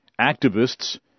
Activists